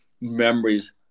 memories